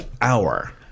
hour